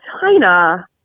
China